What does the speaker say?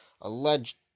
alleged